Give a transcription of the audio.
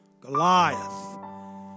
Goliath